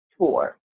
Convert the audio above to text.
tour